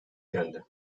geldi